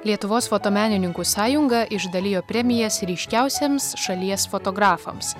lietuvos fotomenininkų sąjunga išdalijo premijas ryškiausiems šalies fotografams